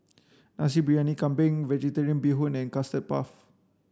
Nasi Briyani Kambing Vegetarian Bee Hoon and custard puff